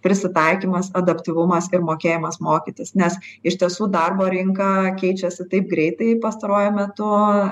prisitaikymas adaptyvumas ir mokėjimas mokytis nes iš tiesų darbo rinka keičiasi taip greitai pastaruoju metu